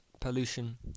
pollution